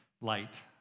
light